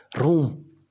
room